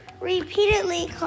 repeatedly